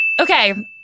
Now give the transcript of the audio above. Okay